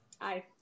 Aye